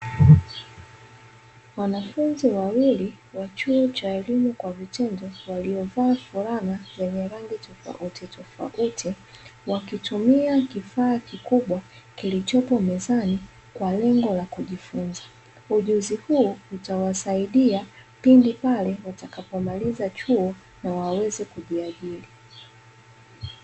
Wanafunzi wawili wa chuo cha elimu kwa vitendo, waliovaa fulana zenye rangi tofautitofauti, wakitumia kifaa kubwa kilichopo mezani kwa lengo la kujifunza. Ujuzi huo utawasaidia pindi pale watakapomaliza chuo na waweze kujiajiri.